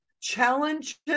challenges